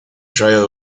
trial